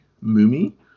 Mummy